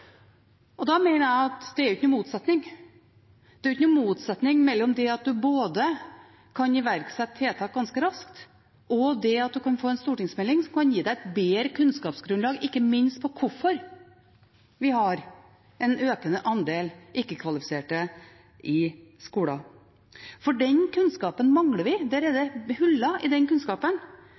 mener at det ikke er noen motsetning mellom det å iverksette tiltak ganske raskt, og det å få en stortingsmelding som kan gi oss et bedre kunnskapsgrunnlag, ikke minst om hvorfor vi har en økende andel ikke-kvalifiserte i skolen. Den kunnskapen mangler vi, det er hull i den kunnskapen.